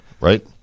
right